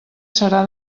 serà